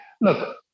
look